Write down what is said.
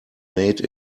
made